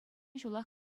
ҫулах